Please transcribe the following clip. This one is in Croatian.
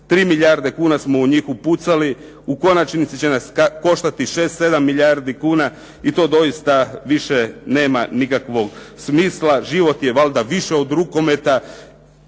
3 milijarde kuna smo u njih upucali, u konačnici će nas to koštati 6, 7 milijardi kuna i to doista nema više nikakvog smisla. Život je valjda više od rukometa